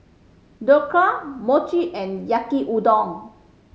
Dhokla Mochi and Yaki Udon